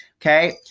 Okay